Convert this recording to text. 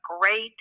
great